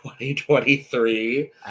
2023